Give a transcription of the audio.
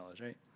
right